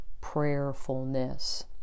prayerfulness